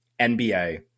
NBA